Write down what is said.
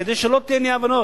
כדי שלא תהיינה אי-הבנות,